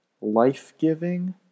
life-giving